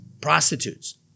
prostitutes